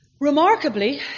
Remarkably